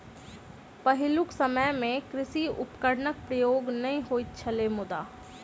पहिलुक समय मे कृषि उपकरणक प्रयोग नै होइत छलै मुदा